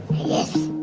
yes